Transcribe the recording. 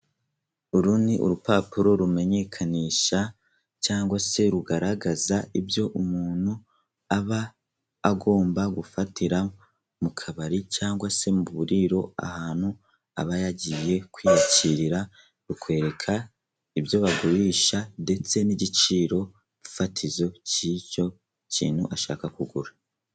Uru ni urupapuro rumenyekanisha cyangwa se rugaragaza ibyo umuntu aba agomba gufatira mu kabari cyangwa se mu buriro, ahantu aba yagiye kwiyakirira, bakwereka ibyo bagurisha ndetse n'igiciro fatizo cy'icyo kintu ashaka kugura.